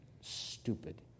stupid